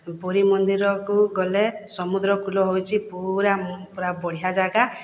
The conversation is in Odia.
ପୁରୀ ମନ୍ଦିରକୁ ଗଲେ ସମୁଦ୍ର କୂଲ ହେଉଛି ପୁରା ପୁରା ବଢ଼ିଆ ଜାଗା